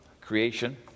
creation